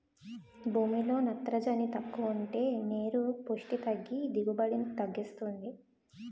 భూమిలో నత్రజని తక్కువుంటే వేరు పుస్టి తగ్గి దిగుబడిని తగ్గిస్తుంది